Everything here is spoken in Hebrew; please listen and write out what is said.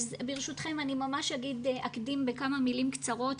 ברשותכם, אני אקדים בכמה מילים קצרות,